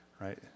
right